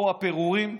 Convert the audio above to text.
באו הפירורים,